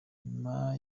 nyuma